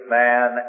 man